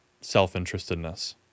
self-interestedness